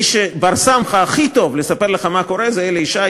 מי שהוא הכי בר-סמכא לספר לך מה קורה זה אלי ישי,